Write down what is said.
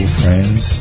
friends